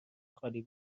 خالی